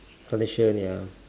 foundation ya